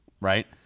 Right